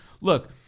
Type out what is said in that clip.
Look